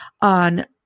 on